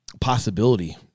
possibility